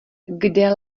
kde